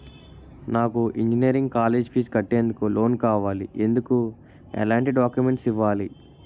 నాకు engineering college fees కట్టేందుకు loan కావాలి, ఎందుకు ఎలాంటి డాక్యుమెంట్స్ ఇవ్వాలి?